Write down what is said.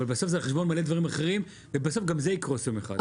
אבל בסוף זה על חשבון מלא דברים אחרים ובסוף גם זה יקרוס יום אחד.